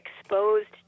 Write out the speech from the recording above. exposed